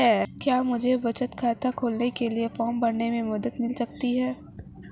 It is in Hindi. क्या मुझे बचत खाता खोलने के लिए फॉर्म भरने में मदद मिल सकती है?